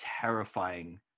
terrifying